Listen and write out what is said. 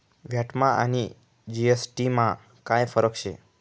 व्हॅटमा आणि जी.एस.टी मा काय फरक शे?